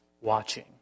watching